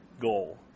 goal